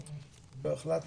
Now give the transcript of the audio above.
עוד לא החלטנו.